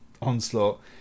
onslaught